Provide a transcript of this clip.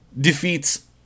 defeats